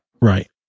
Right